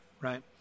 right